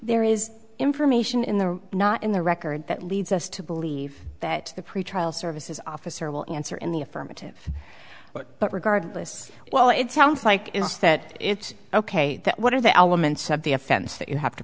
there is information in the not in the record that leads us to believe that the pretrial services officer will answer in the affirmative but regardless well it sounds like is that it's ok what are the elements of the offense that you have to